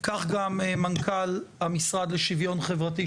כך גם מנכ״ל המשרד לשוויון חברתי,